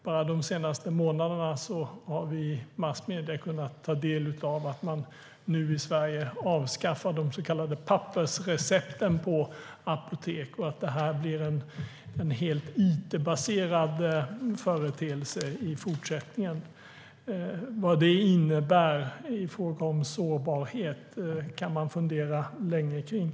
Bara de senaste månaderna har vi i massmedierna kunnat ta del av att man nu i Sverige avskaffar de så kallade pappersrecepten på apotek och att det blir en helt it-baserad företeelse i fortsättningen. Vad det innebär i fråga om sårbarhet kan man fundera länge kring.